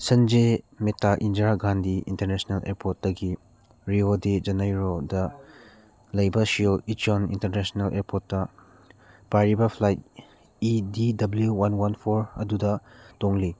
ꯁꯅꯖꯦ ꯃꯦꯇꯥ ꯏꯅꯗꯤꯔꯥ ꯒꯥꯟꯙꯤ ꯏꯟꯇꯔꯅꯦꯁꯅꯦꯜ ꯑꯦꯌꯔꯄꯣꯔꯠꯇꯒꯤ Rio de ꯖꯅꯩꯔꯣꯗ ꯂꯩꯕ ꯁꯤꯌꯣꯜ ꯏꯆꯥꯟ ꯏꯟꯇꯔꯅꯦꯁꯅꯦꯜ ꯏꯌꯔꯄꯣꯔꯠꯇ ꯄꯥꯏꯔꯤꯕ flight E D W one one four ꯑꯗꯨꯗ ꯇꯣꯡꯂꯤ